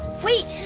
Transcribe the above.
wait!